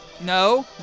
No